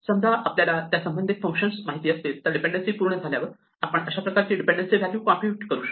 समजा आपल्याला त्यासंबंधित फंक्शन्स माहिती असतील तर डिपेंडेन्सी पूर्ण झाल्यावर आपण अशा प्रकारची डिपेंडेन्सी व्हॅल्यू कॉम्प्युट करू शकतो